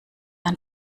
ein